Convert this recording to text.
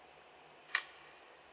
okay